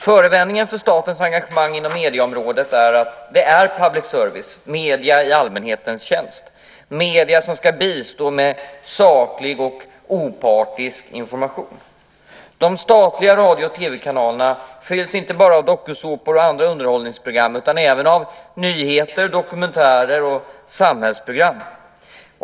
Förevändningen för statens engagemang inom medieområdet är att det är fråga om public service , medier i allmänhetens tjänst, medier som ska bistå med saklig och opartisk information. De statliga radio och TV-kanalerna fylls inte bara med dokusåpor och andra underhållningsprogram utan även av nyheter, dokumentärer och samhällsprogram.